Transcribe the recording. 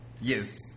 Yes